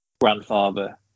grandfather